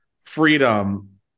freedom